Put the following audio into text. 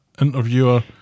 interviewer